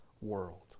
world